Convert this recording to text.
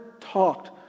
talked